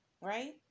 Right